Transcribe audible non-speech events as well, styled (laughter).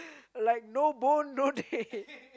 like no bone no day (laughs)